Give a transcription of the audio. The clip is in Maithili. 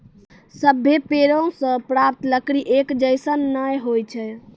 सभ्भे पेड़ों सें प्राप्त लकड़ी एक जैसन नै होय छै